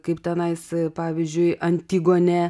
kaip tenais pavyzdžiui antigonė